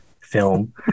film